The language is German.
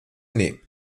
nehmen